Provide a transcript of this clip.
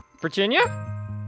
Virginia